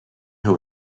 who